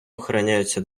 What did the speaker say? охороняються